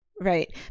Right